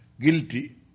guilty